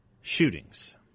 shootings